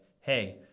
hey